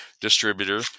distributor